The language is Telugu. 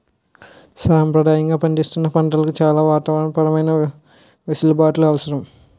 సంప్రదాయంగా పండిస్తున్న పంటలకు చాలా వాతావరణ పరమైన వెసులుబాట్లు అవసరం